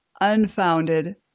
unfounded